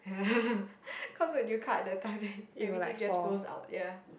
cause when you cut that time right everything just flows out ya